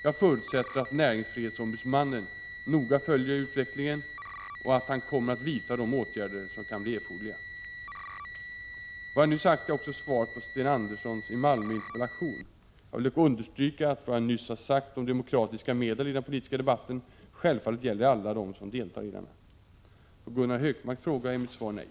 Jag förutsätter att näringsfrihetsombudsmannen noga följer utvecklingen och att han kommer att vidta de åtgärder som kan bli erforderliga. Vad jag nu sagt är svar också på Sten Anderssons i Malmö interpellation. Jag vill dock understryka att vad jag nyss har sagt om demokratiska medel i den politiska debatten självfallet gäller alla dem som deltar i denna. På Gunnar Hökmarks fråga är mitt svar nej.